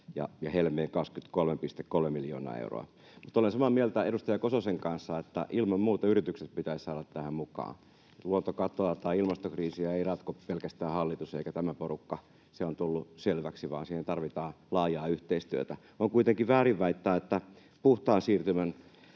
Helmeen 23,3 miljoonaa euroa. Mutta olen samaa mieltä edustaja Kososen kanssa, että ilman muuta yritykset pitäisi saada tähän mukaan. Luontokatoa tai ilmastokriisiä ei ratko pelkästään hallitus eikä tämä porukka, se on tullut selväksi, vaan siihen tarvitaan laajaa yhteistyötä. On kuitenkin väärin väittää, että puhtaan siirtymän